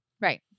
Right